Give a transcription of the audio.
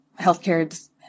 healthcare